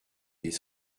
des